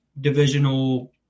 divisional